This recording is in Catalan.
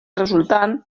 resultant